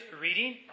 reading